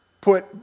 put